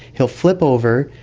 he'll flip over,